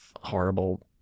horrible